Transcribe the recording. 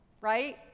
right